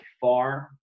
far